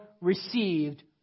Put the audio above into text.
received